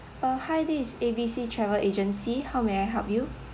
uh hi this is A B C travel agency how may I help you